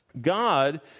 God